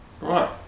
Right